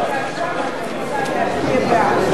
אני רוצה להצביע בעד.